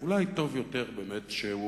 אולי טוב יותר באמת שהוא